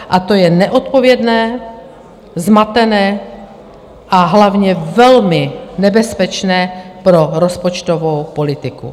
A to je neodpovědné, zmatené a hlavně velmi nebezpečné pro rozpočtovou politiku.